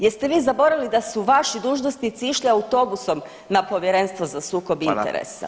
Jeste vi zaboravili da su vaši dužnosnici išli autobusom na Povjerenstvo za sukob interesa?